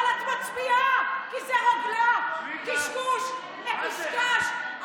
אבל את מצביעה כי זאת רוגלה, קשקוש מקושקש.